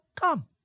come